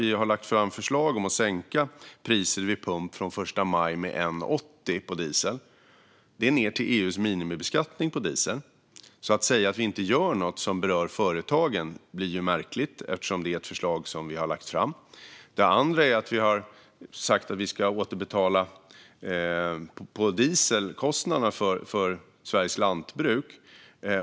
Vi har lagt fram förslag för att sänka priset vid pump från den 1 maj med 1,80 på diesel. Det sänks till EU:s minimibeskattning av diesel. Att säga att vi inte gör något som berör företagen är märkligt, eftersom vi har lagt fram det här förslaget. Vi har vidare sagt att vi ska göra en återbetalning av dieselkostnaderna för Sveriges lantbruk.